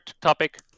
topic